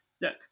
Look